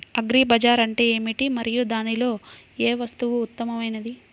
Agri bazaar అంటే ఏమిటి మరియు దానిలో ఏ వస్తువు ఉత్తమమైనది?